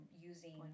using